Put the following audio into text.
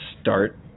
start